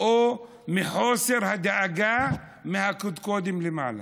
או מחוסר הדאגה מהקדקודים למעלה.